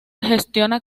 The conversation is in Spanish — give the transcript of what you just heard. gestiona